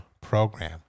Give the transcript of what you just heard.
program